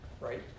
right